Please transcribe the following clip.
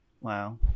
Wow